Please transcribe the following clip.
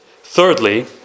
Thirdly